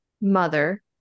mother